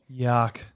Yuck